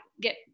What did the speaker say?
get